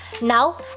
Now